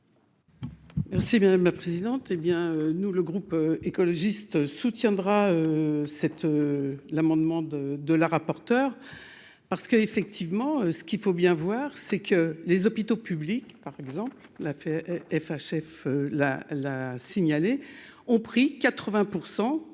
Merci madame la présidente, hé bien nous le groupe écologiste soutiendra cette l'amendement de de la rapporteure parce que, effectivement, ce qu'il faut bien voir, c'est que les hôpitaux publics, par exemple, la fait FHF la la signaler ont pris 80